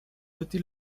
útil